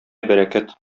бәрәкәт